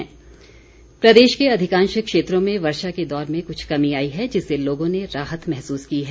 मौसम प्रदेश के अधिकांश क्षेत्रों में वर्षा के दौर में कुछ कमी आई है जिससे लोगों ने राहत महसूस की है